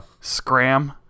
scram